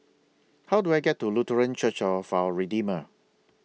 How Do I get to Lutheran Church of Our Redeemer